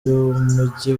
y’umujyi